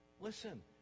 listen